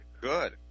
Good